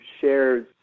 shares